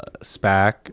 SPAC